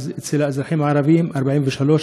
אז אצל האזרחים הערבים 43%,